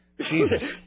Jesus